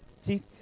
See